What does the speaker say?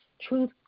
truth